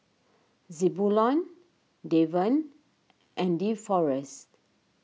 Zebulon Devan and Deforest